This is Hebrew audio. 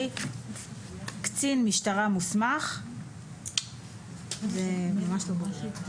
קצין משטרה מוסמך --- אני אומר מה היה הרעיון.